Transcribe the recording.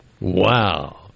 Wow